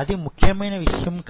అది ముఖ్యమైన విషయం కాదు